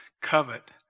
covet